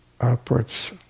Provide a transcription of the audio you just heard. Upwards